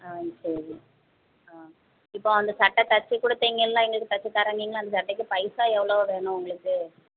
ஆ சரி ஆ இப்போது அந்த சட்டை தைச்சு கொடுத்தீங்கள்ல எங்களுக்கு தைச்சு தர்றேன்னீங்கள்ல அந்த சட்டைக்கு பைசா எவ்வளோ வேணும் உங்களுக்கு